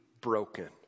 broken